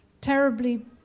terribly